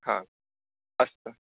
अस्तु